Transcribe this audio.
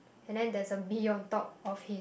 and then there's a bee on top of he